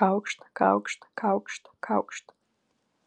kaukšt kaukšt kaukšt kaukšt